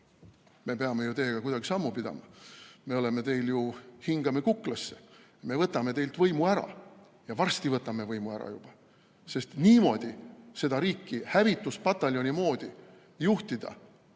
Me peame ju teiega kuidagi sammu pidama, me ju hingame teile kuklasse, me võtame teilt võimu ära. Varsti võtame võimu ära! Sest niimoodi seda riiki hävituspataljoni moodi juhtida,